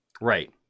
Right